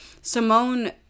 simone